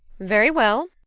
very well.